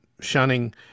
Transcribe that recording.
shunning